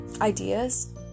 ideas